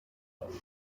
ocho